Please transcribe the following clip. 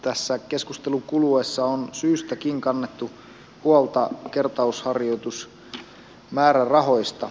tässä keskustelun kuluessa on syystäkin kannettu huolta kertausharjoitusmäärärahoista